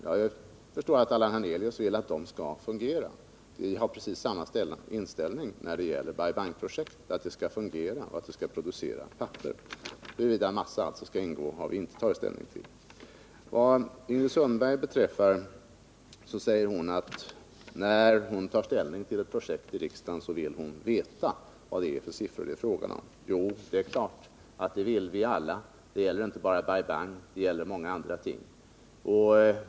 Jag förstår att Allan Hernelius vill att de skall fungera, och vi har precis samma inställning när det gäller Bai Bang-projektet — att det skall fungera och att det skall producera papper. Huruvida massa skall ingå i driftstödet har vi alltså inte tagit ställning till. Ingrid Sundberg säger att när hon tar ställning till ett projekt i riksdagen vill hon veta vilka siffror det är fråga om. Jo, det är klart att vi alla vill. Det gäller inte bara Bai Bang, utan det gäller många andra ting.